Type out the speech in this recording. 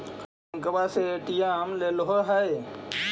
बैंकवा से ए.टी.एम लेलहो है?